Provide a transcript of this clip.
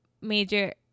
major